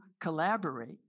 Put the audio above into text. collaborate